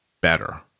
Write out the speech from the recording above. better